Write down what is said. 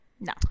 No